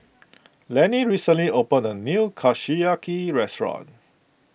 Lenny recently opened a new Kushiyaki restaurant